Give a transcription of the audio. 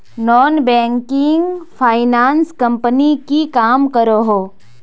Non banking finance company की काम करोहो?